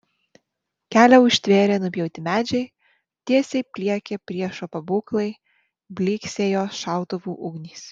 kelią užtvėrė nupjauti medžiai tiesiai pliekė priešo pabūklai blyksėjo šautuvų ugnys